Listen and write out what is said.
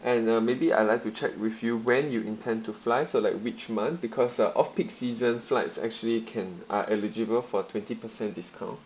and uh maybe I'd like to check with you when you intend to fly so like which month because uh off peak season flights actually can are eligible for twenty per cent discount